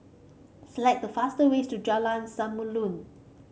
select the faster ways to Jalan Samulun